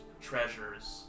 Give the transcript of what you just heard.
treasures